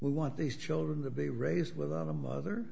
we want these children to be raised without a mother